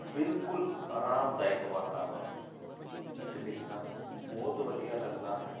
ਬਿਲਕੁਲ ਆਰਾਮਦਾਇਕ ਵਾਤਾਵਰਨ ਵਿੱਚ ਲਿਖਣਾ ਬਹੁਤ ਵਧੀਆ ਲੱਗਦਾ ਹੈ